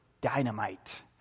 dynamite